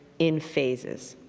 in basis.